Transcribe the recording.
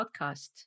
podcast